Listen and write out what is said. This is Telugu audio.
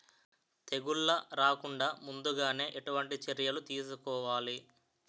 తెగుళ్ల రాకుండ ముందుగానే ఎటువంటి చర్యలు తీసుకోవాలి?